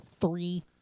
three